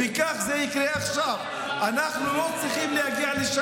וכך זה יקרה עכשיו.